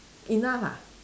enough ah